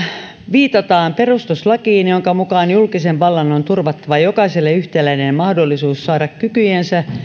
viitataan perustuslakiin jonka mukaan julkisen vallan on turvattava jokaiselle yhtäläinen mahdollisuus saada kykyjensä